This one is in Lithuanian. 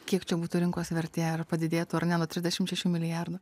kiek čia būtų rinkos vertė ar padidėtų ar ne nuo trisdešimt šešių milijardų